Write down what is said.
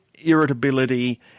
irritability